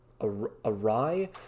awry